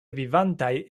vivantaj